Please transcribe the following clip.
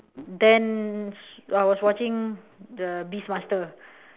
then I was watching the beast master